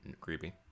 Creepy